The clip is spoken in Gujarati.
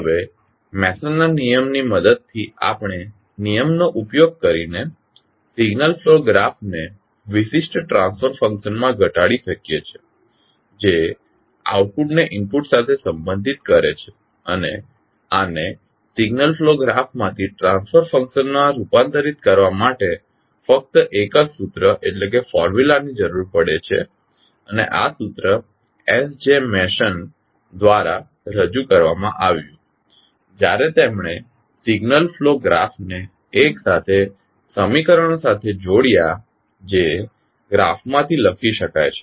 હવે મેસનના નિયમની મદદથી આપણે નિયમનો ઉપયોગ કરીને સિગ્નલ ફ્લો ગ્રાફને વિશિષ્ટ ટ્રાન્સફર ફંક્શનમાં ઘટાડી શાકીએ છીએ જે આઉટપુટ ને ઇનપુટ સાથે સંબંધિત કરે છે અને આને સિગ્નલ ફ્લો ગ્રાફમાથી ટ્રાન્સફર ફંક્શનમાં રૂપાંતરિત કરવા માટે ફક્ત એક જ સૂત્ર ની જરૂર પડે છે અને આ સૂત્ર એસ જે મેસન દ્વારા રજૂ કરવામાં આવ્યું જ્યારે તેમણે સિગ્નલ ફ્લો ગ્રાફને એક સાથે સમીકરણો સાથે જોડ્યા જે ગ્રાફમાંથી લખી શકાય છે